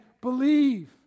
believe